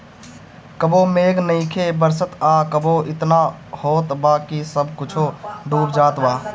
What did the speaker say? कबो मेघ नइखे बरसत आ कबो एतना होत बा कि सब कुछो डूब जात बा